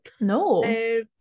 no